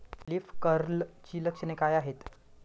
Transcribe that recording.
Leaf कर्लची लक्षणे काय आहेत?